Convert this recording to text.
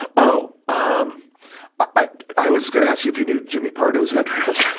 oh! um i i was gonna ask you if you knew jimmy pardo's address.